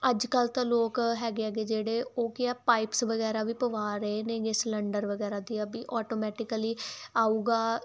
ਅੱਜ ਕੱਲ੍ਹ ਤਾਂ ਲੋਕ ਹੈਗੇ ਐਗੇ ਜਿਹੜੇ ਉਹ ਕੀ ਆ ਪਾਈਪਸ ਵਗੈਰਾ ਵੀ ਪਵਾ ਰਹੇ ਨੇਗੇ ਸਿਲੰਡਰ ਵਗੈਰਾ ਦੀਆਂ ਵੀ ਆਟੋਮੈਟਿਕਲੀ ਆਊਗਾ